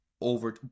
over